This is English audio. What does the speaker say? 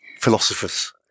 philosophers